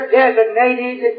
designated